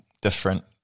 different